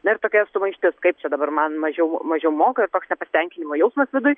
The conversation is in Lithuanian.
na ir tokia sumaištis kaip čia dabar man mažiau mažiau moka ir toks nepasitenkinimo jausmas viduj